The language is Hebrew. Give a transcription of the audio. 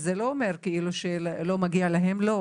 זה לא אומר שלא מגיע להם לא,